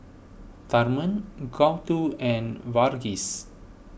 Tharman Gouthu and Verghese